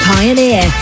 Pioneer